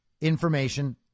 information